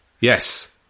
yes